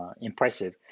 impressive